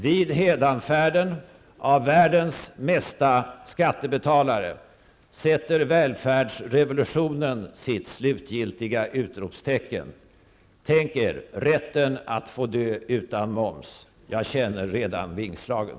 Vid hädanfärden av världens mesta skattebetalare sätter välfärdsrevolutionen sitt slutgiltiga utropstecken. Tänk er rätten att få dö utan moms! Jag känner redan vingslagen.